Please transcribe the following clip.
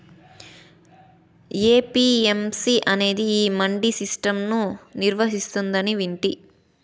APMC అనేది ఈ mandi system ను నిర్వహిస్తాందని వింటి